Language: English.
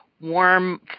warm